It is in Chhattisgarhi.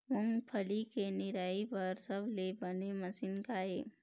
मूंगफली के निराई बर सबले बने मशीन का ये?